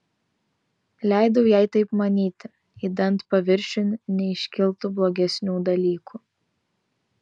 leidau jai taip manyti idant paviršiun neiškiltų blogesnių dalykų